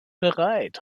bereit